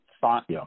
thought